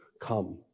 Come